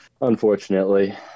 Unfortunately